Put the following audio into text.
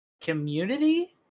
community